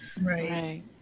right